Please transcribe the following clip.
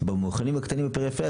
במכונים הקטנים בפריפריה,